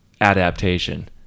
adaptation